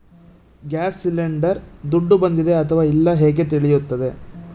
Gas cylinder ದುಡ್ಡು ಬಂದಿದೆ ಅಥವಾ ಇಲ್ಲ ಹೇಗೆ ತಿಳಿಯುತ್ತದೆ?